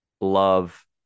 love